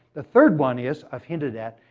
the third one is, i've hinted at,